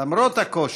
למרות הקושי,